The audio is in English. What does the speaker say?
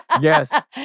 Yes